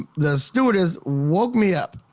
the stewardess woke me up,